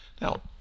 Now